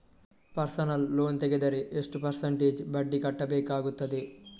Personal loan ತೆಗೆದರೆ ಎಷ್ಟು percentage ಬಡ್ಡಿ ಕಟ್ಟಬೇಕಾಗುತ್ತದೆ?